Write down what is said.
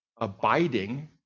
abiding